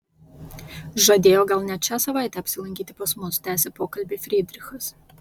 žadėjo gal net šią savaitę apsilankyti pas mus tęsė pokalbį frydrichas